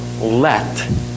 let